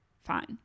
fine